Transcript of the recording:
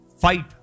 Fight